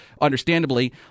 understandably